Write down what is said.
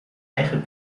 eigen